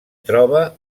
troba